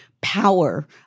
power